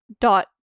dot